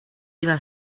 illa